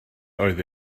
oedd